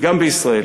גם בישראל.